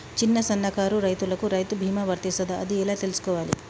చిన్న సన్నకారు రైతులకు రైతు బీమా వర్తిస్తదా అది ఎలా తెలుసుకోవాలి?